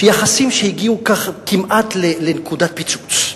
יחסים שהגיעו כמעט לנקודת פיצוץ.